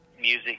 music